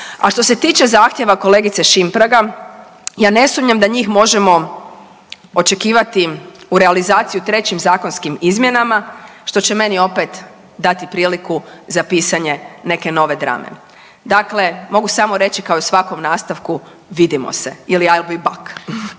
a što se tiče zahtjeva kolege Šimpraga, ja ne sumnjam da njih možemo očekivati u realizaciju trećim zakonskim izmjenama, što će meni opet dati priliku za pisanje neke nove drame. Dakle, mogu samo reći kao i svakom nastavku, vidimo se. Ili I'll be back.